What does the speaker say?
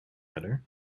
better